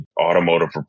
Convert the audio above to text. automotive